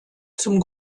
zum